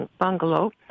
bungalow